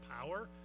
power